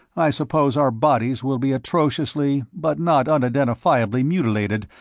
i suppose our bodies will be atrociously but not unidentifiably mutilated,